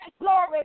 glory